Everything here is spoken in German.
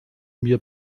mir